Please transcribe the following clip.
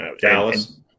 Dallas